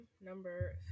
number